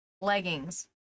Leggings